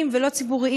כהן-פארן.